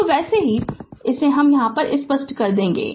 तो वैसे भी इसे हम यहाँ स्पष्ट कर देगे